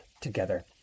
together